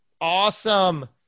Awesome